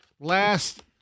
last